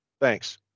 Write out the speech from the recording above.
Thanks